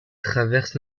traverse